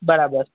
બરાબર